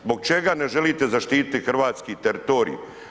Zbog čega ne želite zaštititi hrvatski teritorij?